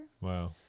Wow